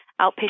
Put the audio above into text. outpatient